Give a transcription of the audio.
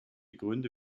gründe